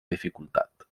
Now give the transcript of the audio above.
dificultat